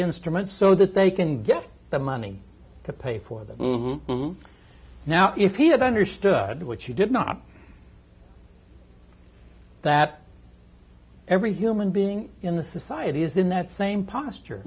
instruments so that they can get the money to pay for them now if he had understood what you did not that every human being in the society is in that same posture